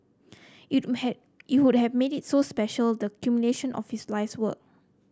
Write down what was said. it would have it would have made it so special the culmination of his life's work